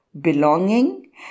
belonging